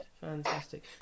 Fantastic